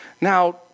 Now